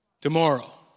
tomorrow